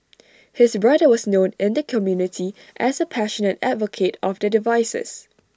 his brother was known in the community as A passionate advocate of the devices